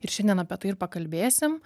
ir šiandien apie tai ir pakalbėsim